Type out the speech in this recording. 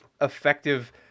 effective